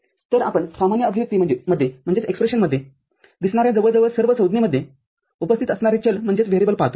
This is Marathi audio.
तरआपण सामान्यतअभिव्यक्तीमध्ये दिसणार्या जवळजवळ सर्व संज्ञेमध्ये उपस्थित असणारे चलपाहतो